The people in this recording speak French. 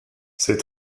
ses